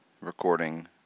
recording